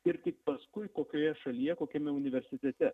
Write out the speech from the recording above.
ir tik paskui kokioje šalyje kokiame universitete